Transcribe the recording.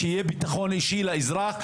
שיהיה ביטחון אישי לאזרח,